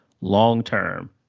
long-term